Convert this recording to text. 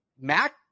Mac